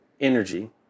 energy